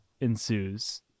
ensues